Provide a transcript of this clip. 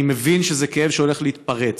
אני מבין שזה כאב שהולך להתפרץ.